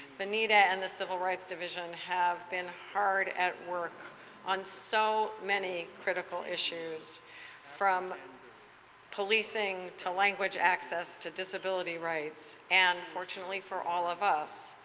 vanita and the civil rights division have been hard at work on so many critical issues from policing to language access to disability rights. and fortunately, for all of us,